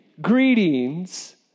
greetings